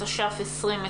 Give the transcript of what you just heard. התש"ף-2020.